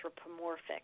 anthropomorphic